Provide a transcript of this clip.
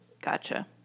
Gotcha